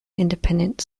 independent